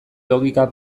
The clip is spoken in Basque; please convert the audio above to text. logika